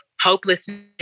hopelessness